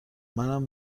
منم